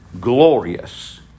glorious